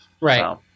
Right